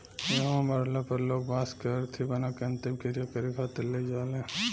इहवा मरला पर लोग बांस के अरथी बना के अंतिम क्रिया करें खातिर ले जाले